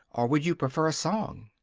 or would you prefer a song?